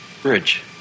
Bridge